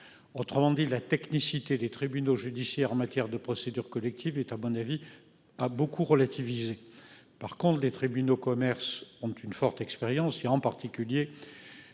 autrement dit la technicité des tribunaux judiciaires en matière de procédure collective est à mon avis a beaucoup relativisée par contre les tribunaux commerces ont une forte expérience, il a en particulier